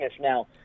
now